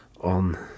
on